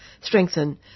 strengthen